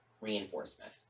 reinforcement